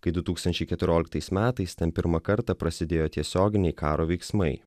kai du tūkstančiai keturioliktais metais ten pirmą kartą prasidėjo tiesioginiai karo veiksmai